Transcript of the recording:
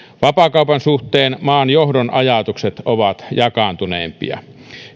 vapaakaupan suhteen maan johdon ajatukset ovat jakaantuneempia